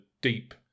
deep